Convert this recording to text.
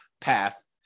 path